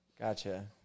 gotcha